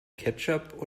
ketchup